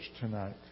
tonight